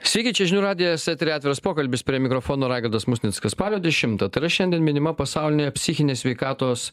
sveiki čia žinių radijas etery atviras pokalbis prie mikrofono raigardas musnickas spalio dešimtą tai yra šiandien minima pasaulinė psichinės sveikatos